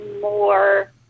more